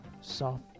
soft